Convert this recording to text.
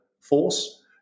force